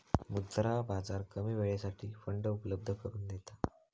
मुद्रा बाजार कमी वेळेसाठी फंड उपलब्ध करून देता